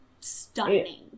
Stunning